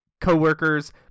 coworkers